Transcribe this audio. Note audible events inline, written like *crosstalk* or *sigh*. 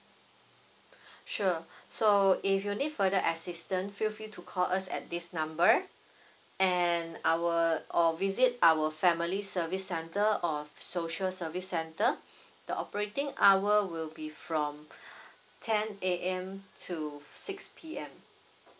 *breath* sure so if you need further assistance feel free to call us at this number *breath* and our or visit our family service centre or social service centre *breath* the operating hour will be from *breath* ten A_M to six P_M